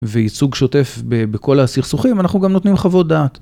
וייצוג שוטף בכל הסכסוכים, אנחנו גם נותנים חוות דעת.